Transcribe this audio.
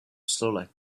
slowly